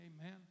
amen